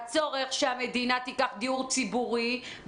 הצורך שהמדינה תיקח דיור ציבורי,